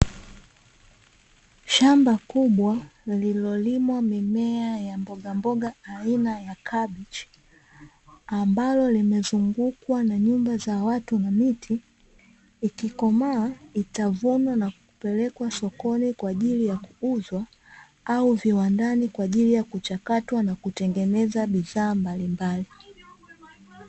Shamba kubwa lililolimwa mimea ya mbogamboga aina ya kabichi, ambalo limezungukwa na nyumba za watu na miti. Ikikomaa itavunwa na kupelekwa sokoni kwa ajili ya kuuzwa au viwandani kwa ajili ya kuchakatwa na kutengeneza bidhaa mbalimbali.